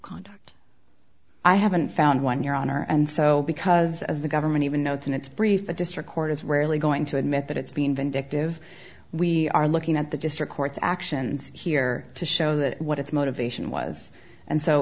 conduct i haven't found one your honor and so because the government even notes in its brief the district court is rarely going to admit that it's being vindictive we are looking at the district court's actions here to show that what its motivation was and so